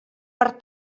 per